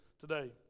today